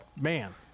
man